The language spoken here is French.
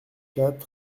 cinquante